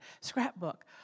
scrapbook